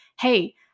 Hey